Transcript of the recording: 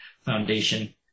Foundation